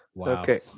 Okay